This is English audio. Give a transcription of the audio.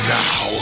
now